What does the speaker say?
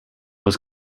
was